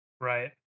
right